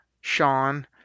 Sean